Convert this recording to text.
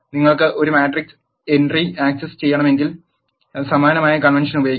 നിങ്ങൾക്ക് ഒരു മാട്രിക്സിന്റെ എൻ ട്രി ആക് സസ് ചെയ്യണമെങ്കിൽ സമാനമായ കൺവെൻഷൻ ഉപയോഗിക്കാം